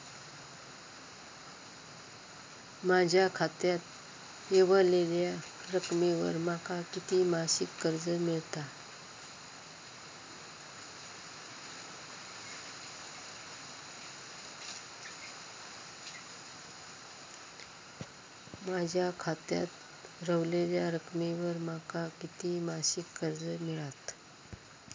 माझ्या खात्यात रव्हलेल्या रकमेवर माका किती मासिक कर्ज मिळात?